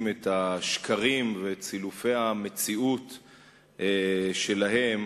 את השקרים ואת סילופי המציאות שלהם,